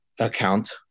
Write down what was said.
Account